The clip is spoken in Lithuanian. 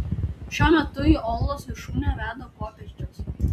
šiuo metu į uolos viršūnę veda kopėčios